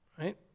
right